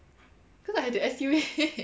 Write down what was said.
cause I had to estimate